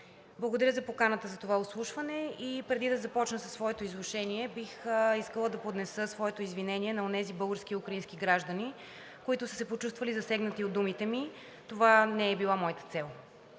Благодаря за поканата за това изслушване. Преди да започна със своето изложение, бих искала да поднеса своето извинение на онези български и украински граждани, които са се почувствали засегнати от думите ми. Това не е била моята цел.